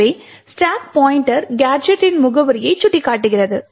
எனவே stack pointer கேஜெட்டின் முகவரியை சுட்டிக்காட்டுகிறது